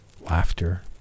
laughter